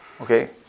Okay